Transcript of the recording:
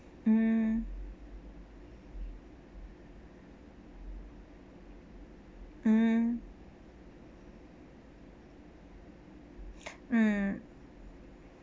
mmhmm